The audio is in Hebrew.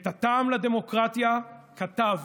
את "טעם הדמוקרטיה" כתב